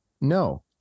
no